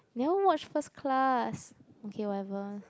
never watch first class okay whatever